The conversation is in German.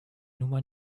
nummer